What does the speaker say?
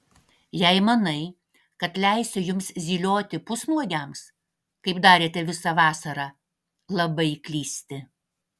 jei manai kad leisiu jums zylioti pusnuogiams kaip darėte visą vasarą labai klysti